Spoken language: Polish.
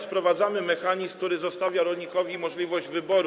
Wprowadzamy mechanizm, który zostawia rolnikowi możliwość wyboru.